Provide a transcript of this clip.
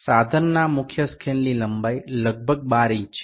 સાધનના મુખ્ય સ્કેલની લંબાઈ લગભગ 12 ઇંચ છે